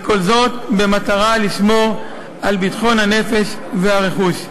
וכל זאת במטרה לשמור על ביטחון הנפש והרכוש.